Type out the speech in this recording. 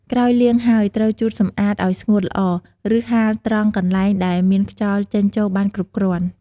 ក្រោយលាងហើយ ត្រូវជូតសម្ងួតឲ្យស្ងួតល្អ ឬហាលត្រង់កន្លែងដែលមានខ្យល់ចេញចូលបានគ្រប់គ្រាន់។